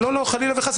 חלילה וחס.